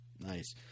Nice